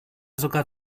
sogar